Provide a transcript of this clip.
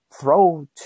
throw